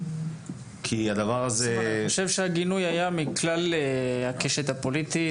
כי הדבר הזה --- סימון אני חושב שהגינוי היה מכלל הקשת הפוליטית.